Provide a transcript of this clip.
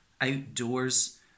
outdoors